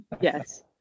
Yes